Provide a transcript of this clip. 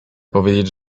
powiedzieć